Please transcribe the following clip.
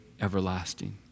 everlasting